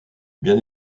bien